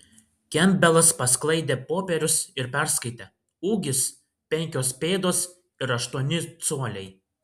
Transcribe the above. kempbelas pasklaidė popierius ir perskaitė ūgis penkios pėdos ir aštuoni coliai